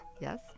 Yes